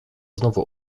znowu